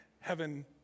heaven